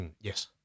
Yes